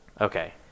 Okay